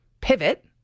Pivot